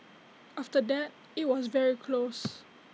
after that IT was very close